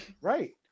Right